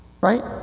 Right